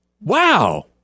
Wow